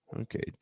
Okay